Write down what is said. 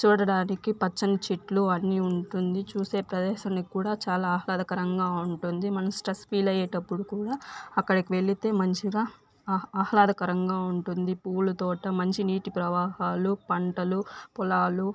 చూడడానికి పచ్చని చెట్లు అన్ని ఉంటుంది చూసే ప్రదేశానికి కూడా చాలా ఆహ్లాదకరంగా ఉంటుంది మన స్ట్రెస్ ఫీల్ అయ్యేటప్పుడు కూడా అక్కడకు వెళితే మంచిగా ఆహ్ ఆహ్లాదకరంగా ఉంటుంది పూలతోట మంచి నీటి ప్రవాహాలు పంటలు పొలాలు